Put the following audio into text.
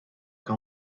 que